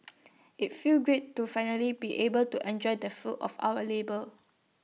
IT felt great to finally be able to enjoy the fruits of our labour